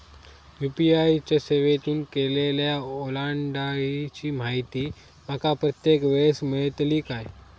UPI च्या सेवेतून केलेल्या ओलांडाळीची माहिती माका प्रत्येक वेळेस मेलतळी काय?